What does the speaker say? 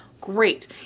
great